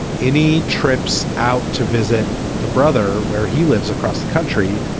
any trips out to visit the brother where he lives across the country?